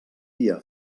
dia